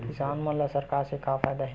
किसान मन ला सरकार से का फ़ायदा हे?